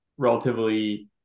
relatively